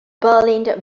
berlin